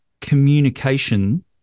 communication